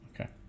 okay